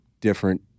different